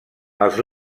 els